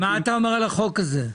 מה אתה אומר על החוק הזה?